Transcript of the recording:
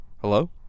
Hello